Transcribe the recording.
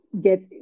get